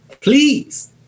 Please